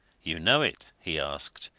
you know it? he asked.